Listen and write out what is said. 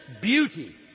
beauty